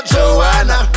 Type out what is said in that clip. Joanna